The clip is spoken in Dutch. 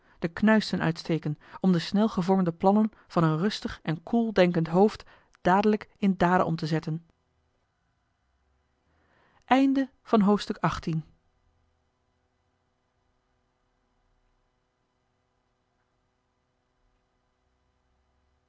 de knuisten uitsteken om de snel gevormde plannen van een rustig en koel denkend hoofd dadelijk in daden om te zetten